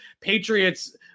Patriots